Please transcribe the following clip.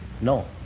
No